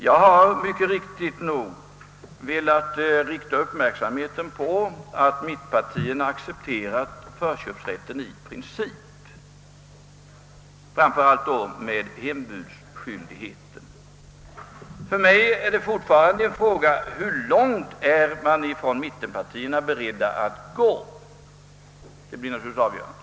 Jag har mycket riktigt velat rikta uppmärksamheten på att mittenpartierna accepterat förköpsrätten i princip, framför allt då hembudsskyldigheten. För mig är det dock fortfarande en öppen fråga hur långt mittenpartierna är beredda att gå. Det blir naturligtvis avgörande.